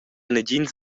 negins